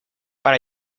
para